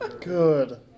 Good